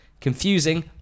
confusing